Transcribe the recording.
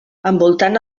envoltant